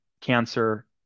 cancer